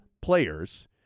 players